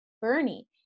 Bernie